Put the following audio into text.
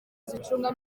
zicunga